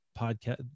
podcast